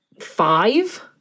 five